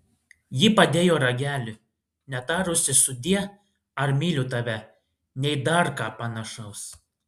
ji padėjo ragelį netarusi sudie ar myliu tave nei dar ką panašaus